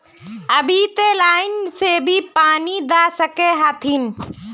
अभी ते लाइन से भी पानी दा सके हथीन?